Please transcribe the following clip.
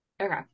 Okay